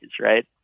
right